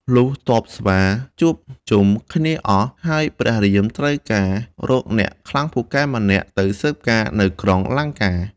លុះទ័ពស្វាជួបជុំគ្នាអស់ ហើយព្រះរាមត្រូវការរកអ្នកខ្លាំងពូកែម្នាក់ ទៅស៊ើបការណ៍នៅក្រុងលង្កា។